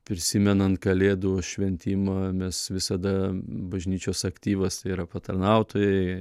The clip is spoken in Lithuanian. prisimenant kalėdų šventimą mes visada bažnyčios aktyvas tai yra patarnautojai